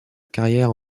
carrière